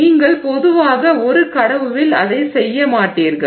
நீங்கள் பொதுவாக ஒரு கடவுவில் அதை செய்ய மாட்டீர்கள்